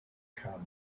convert